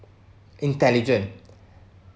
intelligent